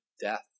death